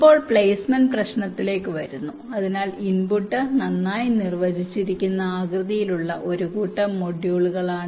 ഇപ്പോൾ പ്ലേസ്മെന്റ് പ്രശ്നത്തിലേക്ക് വരുന്നു അതിനാൽ ഇൻപുട്ട് നന്നായി നിർവ്വചിച്ചിരിക്കുന്ന ആകൃതിയിലുള്ള ഒരു കൂട്ടം മൊഡ്യൂളുകളാണ്